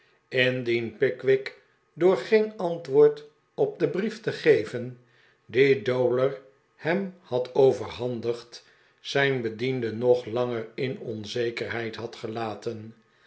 indien pickwick door geen antwoord op den brief te geven dien dowler hem had overhandigd zijn bediende nog langer in onzekerheid had gelaten